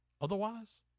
otherwise